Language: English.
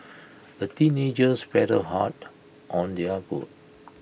the teenagers paddled hard on their boat